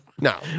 No